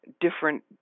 different